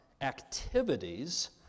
activities